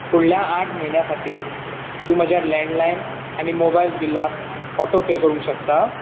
फुडल्या आठ म्हयन्यां खातीर तूं म्हज्या लँडलायन आनी मोबायल बिलां ऑटो पे करूंक शकता